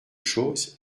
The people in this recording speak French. chose